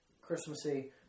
Christmassy